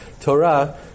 Torah